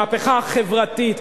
מהפכה חברתית,